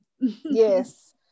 Yes